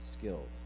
skills